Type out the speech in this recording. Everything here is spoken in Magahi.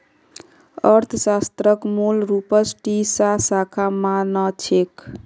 अर्थशास्त्रक मूल रूपस दी टा शाखा मा न छेक